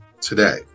today